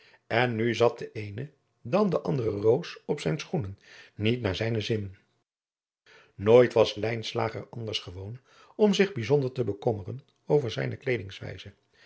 en nu zat de eene dan de andere roos op zijne schoenen niet naar zijnen zin nooit was lijnslager anders gewoon om zich bijzonder te bekommeren over zijne